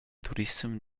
turissem